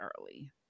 early